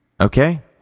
Okay